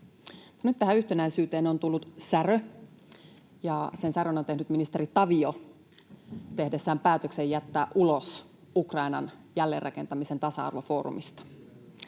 Nyt tähän yhtenäisyyteen on tullut särö, ja sen särön on tehnyt ministeri Tavio tehdessään päätöksen jättäytyä ulos Ukrainan jälleenrakentamisen tasa-arvofoorumista.